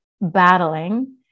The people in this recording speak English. battling